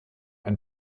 ein